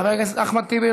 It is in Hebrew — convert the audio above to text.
חבר הכנסת אחמד טיבי,